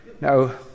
Now